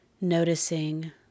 Noticing